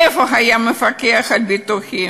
איפה היה המפקח על הביטוחים?